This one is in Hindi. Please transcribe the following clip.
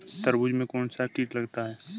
तरबूज में कौनसा कीट लगता है?